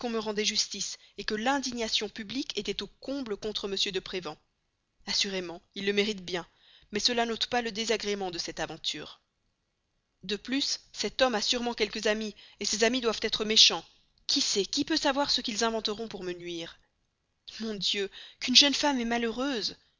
me rendait justice que l'indignation publique était au comble contre m de prévan assurément il le mérite bien mais cela n'ôte pas le désagrément de cette aventure de plus cet homme a sûrement quelques amis ses amis doivent être méchants qui sait qui peut savoir ce qu'ils inventeront pour me nuire mon dieu qu'une jeune femme est malheureuse